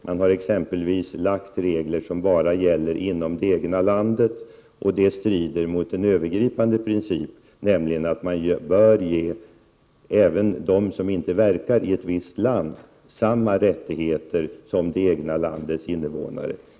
Det finns exempelvis regler som bara gäller inom det egna landet, och det strider mot en övergripande princip, nämligen att även de som inte verkar i ett visst land bör ges samma rättigheter som det egna landets invånare.